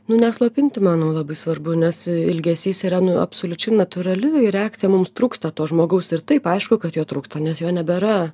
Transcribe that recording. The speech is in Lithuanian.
nu neslopinti manau labai svarbu nes ilgesys yra nu absoliučiai natūrali reakcija mums trūksta to žmogaus ir taip aišku kad jo trūksta nes jo nebėra